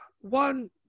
one